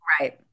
right